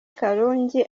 karungi